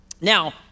Now